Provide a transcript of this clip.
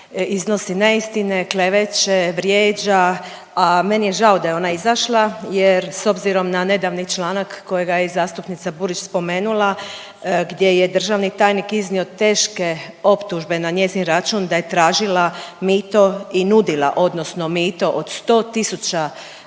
iznosi neistine, kleveće, vrijeđa, a meni je žao da je ona izašla jer s obzirom na nedavni članak kojega je i zastupnica Burić spomenula, gdje je državni tajnik iznio teške optužbe na njezin račun da je tražila mito i nudila odnosno